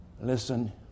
Listen